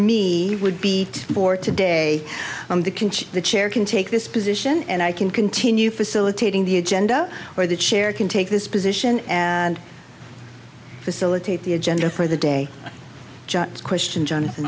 me would be for today i'm the king the chair can take this position and i can continue facilitating the agenda or the chair can take this position and facilitate the agenda for the day question jo